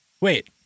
Wait